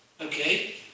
Okay